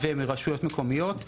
רשויות מקומיות,